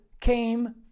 came